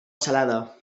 salada